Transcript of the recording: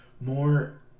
more